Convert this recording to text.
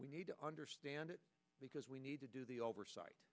we need to understand it because we need to do the oversight